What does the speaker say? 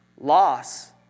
Loss